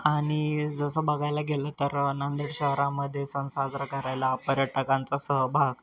आणि जसं बघायला गेलं तर नांदेड शहरामध्ये सण साजरा करायला पर्यटकांचा सहभाग